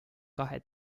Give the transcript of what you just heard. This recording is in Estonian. kahe